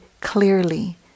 clearly